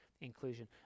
inclusion